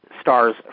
stars